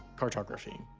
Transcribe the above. cartography.